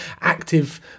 active